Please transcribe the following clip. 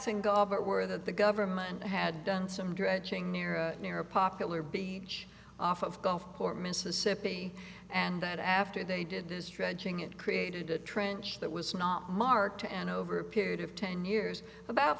gobert were that the government had done some dredging near or near a popular beach off of gulfport mississippi and that after they did this stretching it created a trench that was not marked to and over a period of ten years about